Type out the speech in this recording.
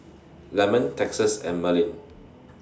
Lemon Texas and Merlin